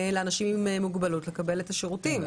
לאנשים עם מוגבלות שיוכלו לקבל את השירותים.